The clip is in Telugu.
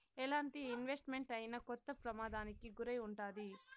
ఎలాంటి ఇన్వెస్ట్ మెంట్ అయినా కొంత ప్రమాదానికి గురై ఉంటాది